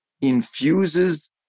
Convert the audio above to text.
infuses